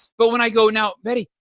but when i go, now, betty,